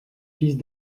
fils